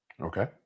Okay